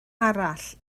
arall